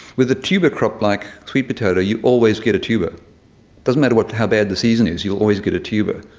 with a tuber crop like sweet potato you always get a tuber. it doesn't matter how bad the season is, you'll always get a tuber.